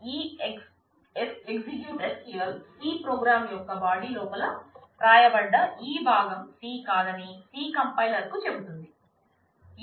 ఈ EXEC SQL C program యొక్క body లోపల రాయబడ్డ ఈ భాగం C కాదని C కంపైలర్ SQL